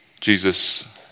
Jesus